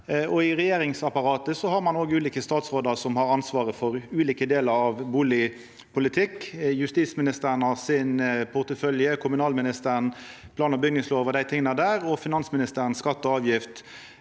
I regjeringsapparatet har ein òg ulike statsrådar som har ansvaret for ulike delar av bustadpolitikken. Justisministeren har sin portefølje, kommunalministeren har plan- og bygningslova og dei tinga der, og finansministeren har skatt og avgift.